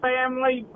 Family